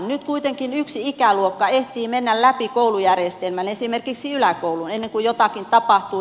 nyt kuitenkin yksi ikäluokka ehtii mennä läpi koulujärjestelmän esimerkiksi yläkoulun ennen kuin jotakin tapahtuu